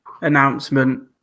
announcement